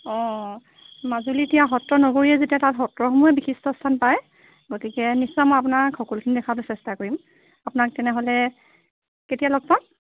অঁ মাজুলী এতিয়া সত্ৰ নগৰীয়ে যেতিয়া তাত সত্ৰসমূহেই বিশিষ্ট স্থান পায় গতিকে নিশ্চয় মই আপোনাক সকলোখিনি দেখুৱাবলৈ চেষ্টা কৰিম আপোনাক তেনেহ'লে কেতিয়া লগ পাম